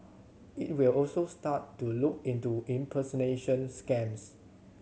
it will also start to look into impersonation scams